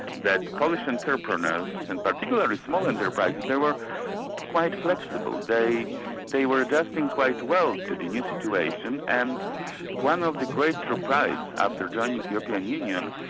that polish entrepreneurs and particularly small enterprises, they were quite flexible. they they were adjusting quite well to the new situation, and one of the great surprise after joining the european union,